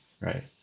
right